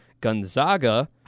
Gonzaga